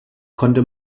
konnte